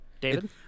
David